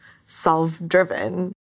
self-driven